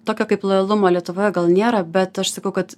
tokio kaip lojalumo lietuvoje gal nėra bet aš sakau kad